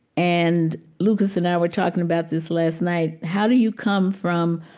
and lucas and i were talking about this last night how do you come from,